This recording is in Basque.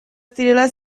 zirela